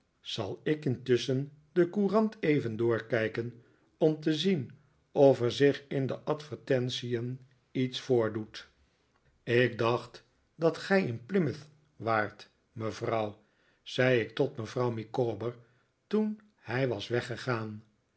zal ik intusschen de courant even doorkijken om te zien of er zich in de advertentien iets voordoet ik dacht dat gij in plymouth waart mevrouw zei ik tot mevrouw micawber toen hij was weggegaan